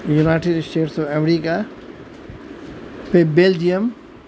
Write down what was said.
United States of America پھر Belgium